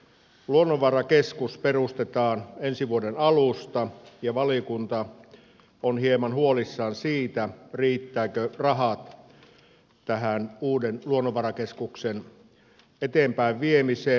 luonnonvarakeskus perustetaan ensi vuoden alusta ja valiokunta on hieman huolissaan siitä riittävätkö rahat tähän uuden luonnonvarakeskuksen eteenpäinviemiseen